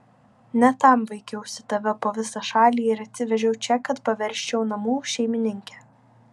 ne tam vaikiausi tave po visą šalį ir atsivežiau čia kad paversčiau namų šeimininke